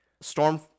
storm